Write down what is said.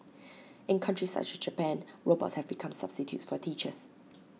in countries such as Japan robots have become substitutes for teachers